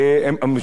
משום מה,